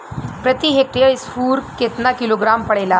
प्रति हेक्टेयर स्फूर केतना किलोग्राम पड़ेला?